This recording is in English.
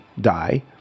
die